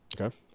Okay